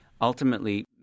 ultimately